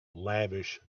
lavish